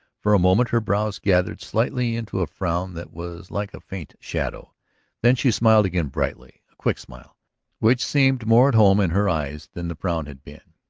for a moment her brows gathered slightly into a frown that was like a faint shadow then she smiled again brightly, a quick smile which seemed more at home in her eyes than the frown had been.